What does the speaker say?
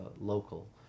local